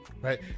right